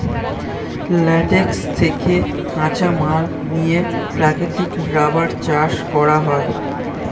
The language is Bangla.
ল্যাটেক্স থেকে কাঁচামাল নিয়ে প্রাকৃতিক রাবার চাষ করা হয়